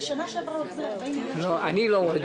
אני מבין